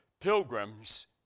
pilgrims